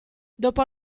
dopo